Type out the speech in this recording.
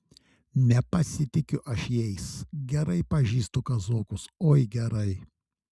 nepasitikiu aš jais gerai pažįstu kazokus oi gerai